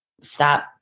stop